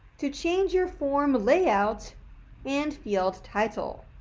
to change your form layout and field title.